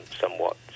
somewhat